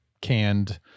canned